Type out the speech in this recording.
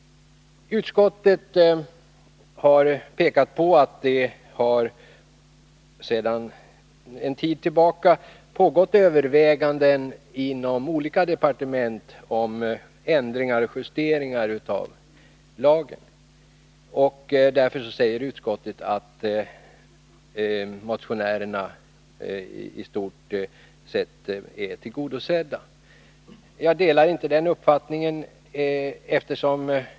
Utskottet har pekat på att det sedan en tid tillbaka har pågått överväganden inom olika departement om ändringar och justeringar av lagen. Därför, säger utskottet, är motionärernas önskemål i stort sett tillgodosedda. Jag delar inte den uppfattningen.